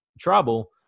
trouble